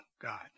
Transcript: God